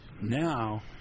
now